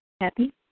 Happy